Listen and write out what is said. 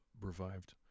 revived